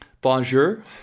Bonjour